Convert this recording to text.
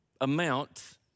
amount